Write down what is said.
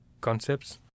concepts